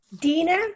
Dina